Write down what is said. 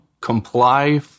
Comply